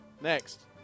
Next